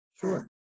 Sure